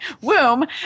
Womb